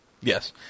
yes